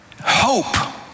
hope